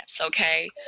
okay